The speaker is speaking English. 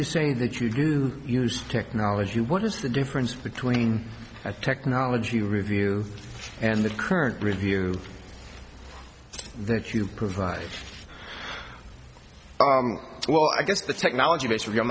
you say that you do use technology what is the difference between a technology review and the current review that you provide well i guess the technology is real